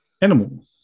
animal